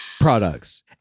products